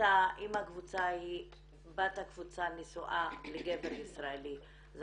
קבוצה אם בת הקבוצה נשואה לגבר ישראלי זה